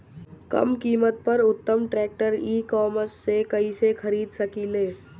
कम कीमत पर उत्तम ट्रैक्टर ई कॉमर्स से कइसे खरीद सकिले?